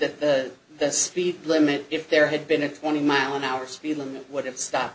that the the speed limit if there had been a twenty mile an hour speed limit would have stopped